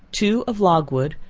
two of logwood,